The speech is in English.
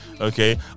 okay